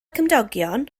cymdogion